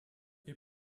est